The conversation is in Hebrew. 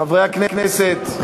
חברי הכנסת.